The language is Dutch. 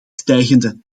stijgende